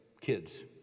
kids